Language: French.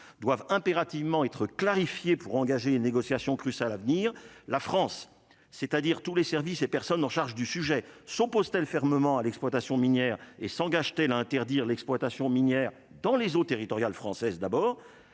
doivent impérativement être clarifiée pour engager négociations plus à l'avenir, la France, c'est-à-dire tous les services et personne en charge du sujet son pose-t-elle fermement à l'exploitation minière et s'engage-t-elle à interdire l'exploitation minière dans les eaux territoriales françaises d'abord